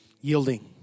Yielding